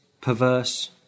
perverse